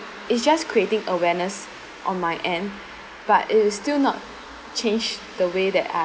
it's just creating awareness on my end but it is still not change the way that I